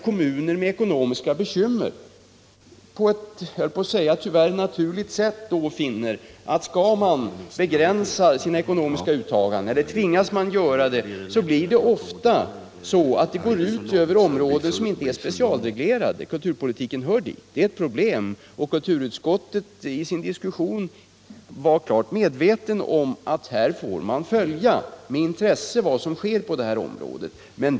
Kommuner med ekonomiska bekymmer tvingas begränsa sina åtaganden. Det går då ofta ut över områden som inte är specialreglerade, t.ex. kulturpolitiken. Kulturutskottet är klart medvetet om att man med intresse får följa vad som sker på detta område.